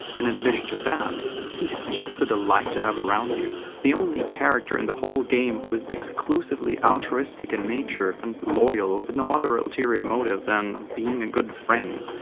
and in addition to that he's just a delight to have around you the only character in the whole game who is exclusively altruistic in nature and loyal with no other ulterior motive than being a good fren!